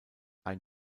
ein